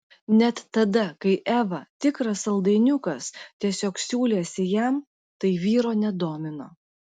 net tada kai eva tikras saldainiukas tiesiog siūlėsi jam tai vyro nedomino